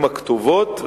עם הכתובות,